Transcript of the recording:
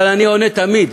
אבל אני עונה תמיד,